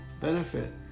benefit